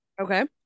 okay